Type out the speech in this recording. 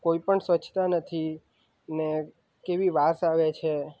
કોઈ પણ સ્વચ્છતા નથી ને કેવી વાસ આવે છે